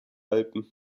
alpen